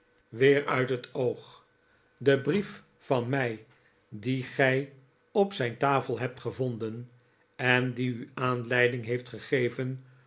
weer uit in de stier het oog de brief van mij dien gij op zijn tafel hebt gevonden en die u aanleiding heeft gegeven